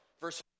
verse